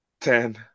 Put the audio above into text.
Ten